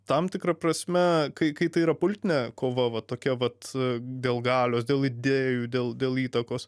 tam tikra prasme kai kai tai yra politinė kova va tokia vat dėl galios dėl idėjų dėl dėl įtakos